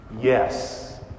Yes